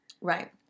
right